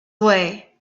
way